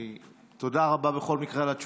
בכל מקרה, תודה רבה על התשובה.